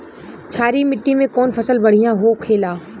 क्षारीय मिट्टी में कौन फसल बढ़ियां हो खेला?